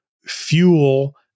fuel